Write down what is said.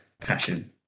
passion